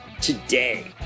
today